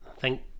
thank